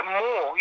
more